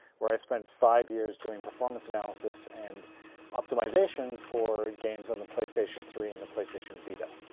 where i spent five years doing performance analysis and optimization for games on the playstation three and the playstation vita.